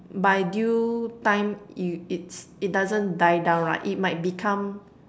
by due time if it's it doesn't die down right it might become